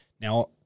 Now